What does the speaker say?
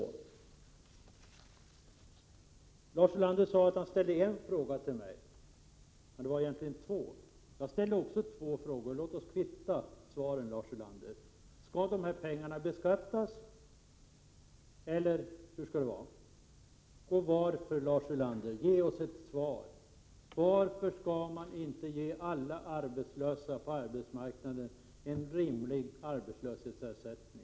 Lars Ulander sade att han ställde en fråga till mig, men det var egentligen två. Jag ställde också två frågor, så låt oss då kvitta svaren, Lars Ulander. Skall de här pengarna beskattas, eller hur skall det vara? Och varför — ge oss ett svar på det — skall man inte ge alla arbetslösa på arbetsmarknaden en rimlig arbetslöshetsersättning?